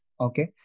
Okay